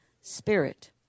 spirit